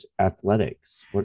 athletics